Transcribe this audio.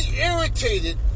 irritated